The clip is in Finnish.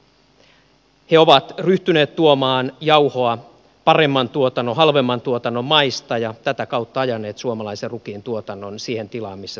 he ovat ryhtyneet tuomaan jauhoa halvemman tuotannon maista ja tätä kautta ajaneet suomalaisen rukiintuotannon siihen tilaan missä se nyt on